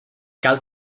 cal